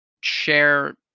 share